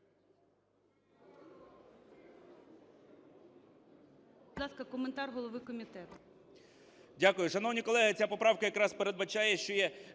Дякую.